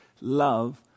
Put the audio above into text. love